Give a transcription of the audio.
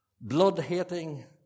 blood-hating